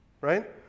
right